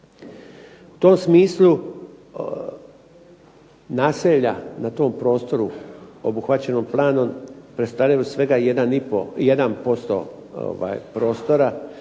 U tom smislu naselja na tom prostoru obuhvaćenom planom predstavljaju svega 1% prostora